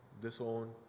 disown